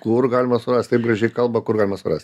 kur galima surast taip gražiai kalba kur galima suprast